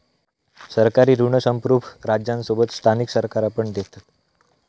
सरकारी ऋण संप्रुभ राज्यांसोबत स्थानिक सरकारा पण देतत